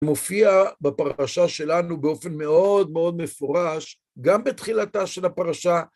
מופיע בפרשה שלנו באופן מאוד מאוד מפורש, גם בתחילתה של הפרשה.